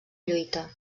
lluita